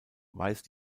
weist